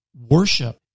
worship